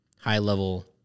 high-level